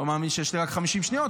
לא מאמין שיש לי רק 50 שניות,